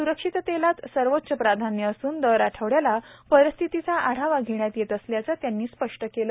स्रक्षिततेलाच सर्वोच्च प्राधान्य असून दर आठवड्याला परिस्थितीचा आढावा घेण्यात येत असल्याचं त्यांनी स्पष्ट केले